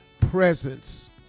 presence